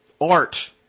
art